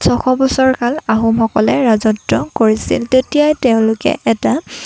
ছশ বছৰকাল আহোমসকলে ৰাজত্ব কৰিছিল তেতিয়াই তেওঁলোকে এটা